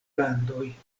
landoj